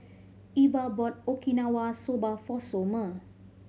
Iva bought Okinawa Soba for Somer